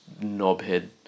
knobhead